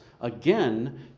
again